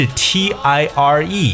tire